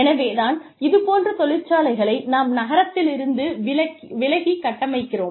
எனவே தான் இது போன்ற தொழிற்சாலைகளை நாம் நகரத்திலிருந்து விலகிக் கட்டமைக்கிறோம்